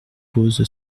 pose